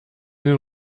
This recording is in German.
den